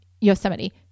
yosemite